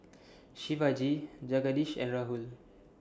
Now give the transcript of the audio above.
Shivaji Jagadish and Rahul